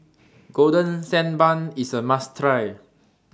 Golden Sand Bun IS A must Try